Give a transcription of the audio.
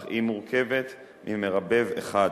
אך היא מורכבת ממְרַבֵּב אחד,